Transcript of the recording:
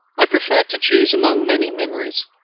i preferred to choose among many memories.